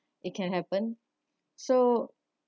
it can happen so